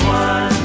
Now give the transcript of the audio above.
one